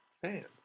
fans